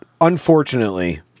unfortunately